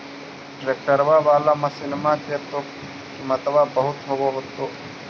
ट्रैक्टरबा बाला मसिन्मा के तो किमत्बा बहुते होब होतै?